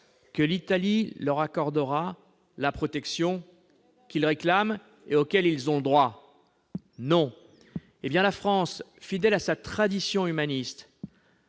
que l'Italie leur accordera la protection qu'ils réclament et à laquelle ils ont droit ? Non ! La France, fidèle à sa tradition humaniste,